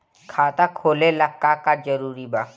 खाता खोले ला का का जरूरी बा?